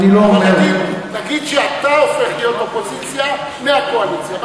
נגיד שאתה הופך להיות אופוזיציה מהקואליציה.